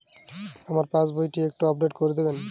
আমার পাসবই টি একটু আপডেট করে দেবেন?